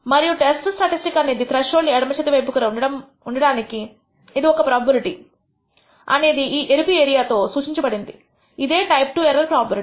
మరియు స్టాటిస్టిక్ అనేది త్రెష్హోల్డ్ ఎడమ చేతి వైపు కి ఉండడానికి ఇది ప్రోబబిలిటీ అనేది ఈ ఎరుపు ఏరియా తో సూచించబడినది ఇదే టైప్ II ఎర్రర్ ప్రోబబిలిటీ